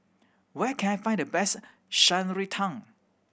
where can I find the best Shan Rui Tang